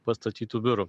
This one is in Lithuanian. pastatytų biurų